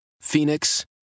Phoenix